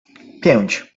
pięć